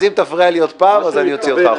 אז אם תפריע לי שוב אני אוציא אותך.